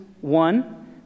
one